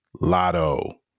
Lotto